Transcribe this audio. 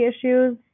issues